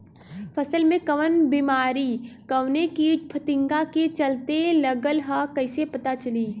फसल में कवन बेमारी कवने कीट फतिंगा के चलते लगल ह कइसे पता चली?